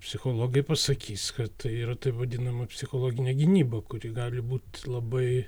psichologai pasakys kad tai yra tai vadinama psichologinė gynyba kuri gali būt labai